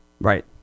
Right